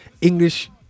English